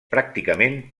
pràcticament